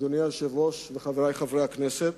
אדוני היושב-ראש וחברי חברי הכנסת,